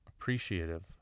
appreciative